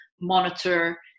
monitor